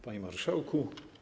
Panie Marszałku!